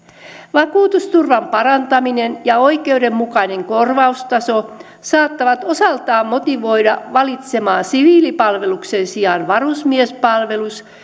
vakuutusturvan parantaminen ja oikeudenmukainen korvaustaso saattavat osaltaan motivoida valitsemaan siviilipalveluksen sijaan varusmiespalveluksen